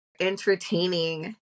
entertaining